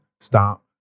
stop